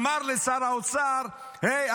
אמר לשר האוצר: היי,